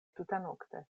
tutanokte